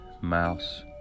mouse